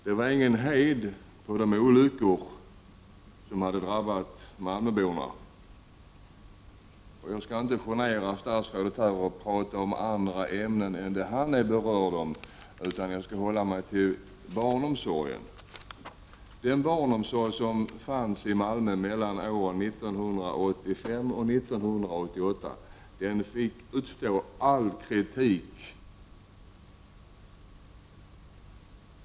Det var ingen hejd på de olyckor som hade drabbat malmöborna. Jag skall inte genera statsrådet genom att tala om andra ämnen än de som berör honom, utan jag skall hålla mig till barnomsorgen. Den barnomsorg som bedrevs i Malmö mellan åren 1985 och 1988 fick utstå all tänkbar kritik.